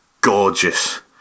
gorgeous